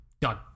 Done